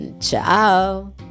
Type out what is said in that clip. Ciao